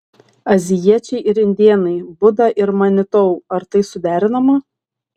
azijiečiai ir indėnai buda ir manitou ar tai suderinama